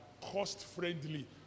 cost-friendly